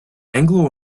anglo